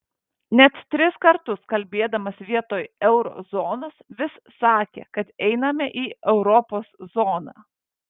net tris kartus kalbėdamas vietoj euro zonos vis sakė kad einame į europos zoną